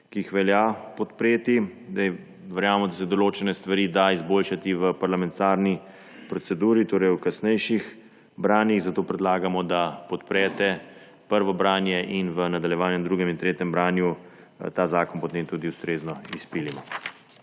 ki jih velja podpreti. Verjamem, da se določene stvari da izboljšati v parlamentarni proceduri, torej v kasnejših branjih, zato predlagamo, da podprete prvo branje in v nadaljevanju v drugem in tretjem branju ta zakon potem tudi ustrezno izpilimo.